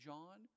John